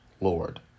Lord